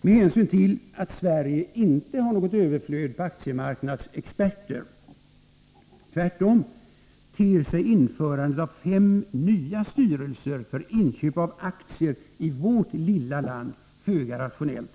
Med hänsyn till att Sverige inte har något överflöd på aktiemarknadsexperter — tvärtom — ter sig införandet av fem nya styrelser för inköp av aktier i vårt lilla land föga rationellt.